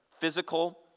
Physical